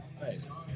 Nice